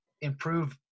improve